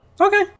Okay